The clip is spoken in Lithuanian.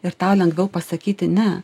ir tau lengviau pasakyti ne